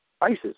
ISIS